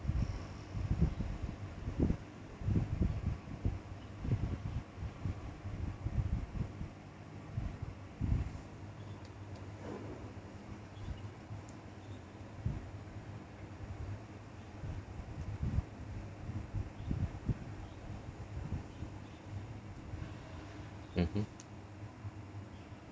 mmhmm